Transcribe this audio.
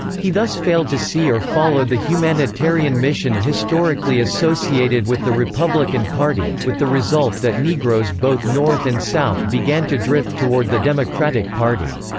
he thus failed to see or follow the humanitarian mission historically associated with the republican party, with the result that negroes both north and south began to drift toward the democratic party.